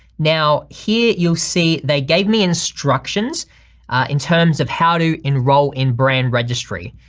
now, here you'll see they gave me instructions in terms of how to enroll in brand registry.